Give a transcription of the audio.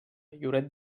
lloret